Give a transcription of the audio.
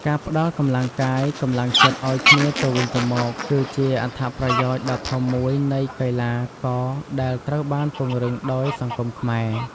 ការផ្តល់កម្លាំងកាយ កម្លាំងចិត្តអោយគ្នាទៅវិញទោមក គឺជាអត្ថប្រយោជន៍ដ៏ធំមួយនៃកីឡាករដែលត្រូវបានពង្រឹងដោយសង្គមខ្មែរ។